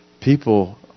people